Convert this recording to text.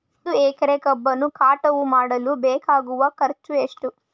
ಒಂದು ಎಕರೆ ಕಬ್ಬನ್ನು ಕಟಾವು ಮಾಡಲು ಬೇಕಾಗುವ ಖರ್ಚು ಎಷ್ಟು?